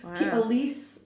Elise